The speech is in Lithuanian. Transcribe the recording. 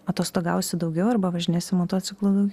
atostogausiu daugiau arba važinėsiu motociklu daugiau